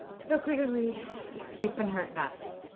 so clearly you've been hurt badly.